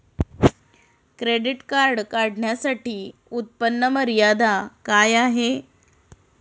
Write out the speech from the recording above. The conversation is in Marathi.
क्रेडिट कार्ड काढण्यासाठी उत्पन्न मर्यादा काय आहे?